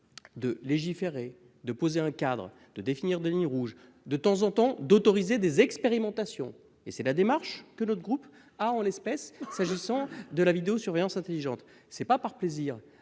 De légiférer de poser un cadre de définir des lignes rouges de temps en temps d'autoriser des expérimentations et c'est la démarche que notre groupe a, en l'espèce ça de son, de la surveillance intelligente c'est pas par plaisir